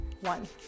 one